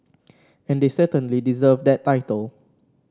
and they certainly deserve that title